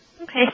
Okay